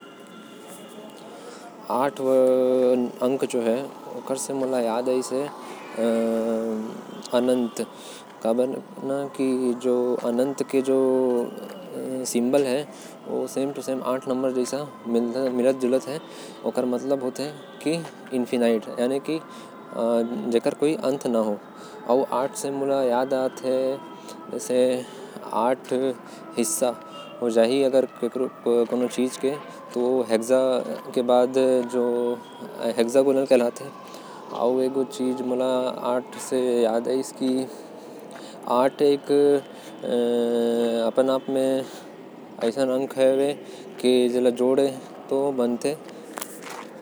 आठ स अनंत होयेल जो मोके समझ आयेल। अनंत ओला कहथे जेकर कोई अन्ते न है। अउ कुछ तो संख्या आठ से मोके नही याद आएल।